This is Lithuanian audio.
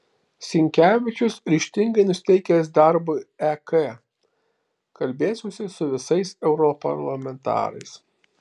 sinkevičius ryžtingai nusiteikęs darbui ek kalbėsiuosi su visais europarlamentarais